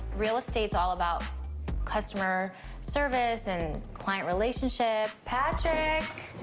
real estate's all about customer service and client relationships. patrick?